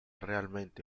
realmente